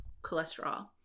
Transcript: cholesterol